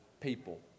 people